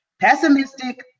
pessimistic